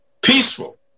Peaceful